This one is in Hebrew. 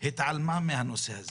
התעלמה מהנושא הזה,